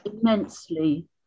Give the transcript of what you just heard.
Immensely